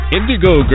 Indigo